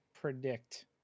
predict